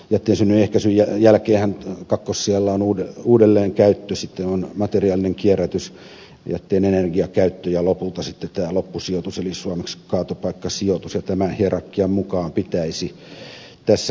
jätteen synnyn ehkäisyn jälkeenhän kakkossijalla on uudelleenkäyttö sitten on materiaalinen kierrätys jätteen energiakäyttö ja lopulta sitten tämä loppusijoitus eli suomeksi kaatopaikkasijoitus ja tämän hierarkian mukaan pitäisi tässä kyetä menemään